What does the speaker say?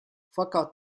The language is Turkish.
fakat